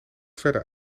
verder